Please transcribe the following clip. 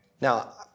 Now